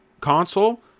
console